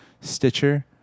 Stitcher